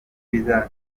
bizatuma